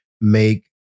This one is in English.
make